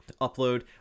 upload